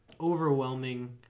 overwhelming